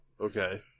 Okay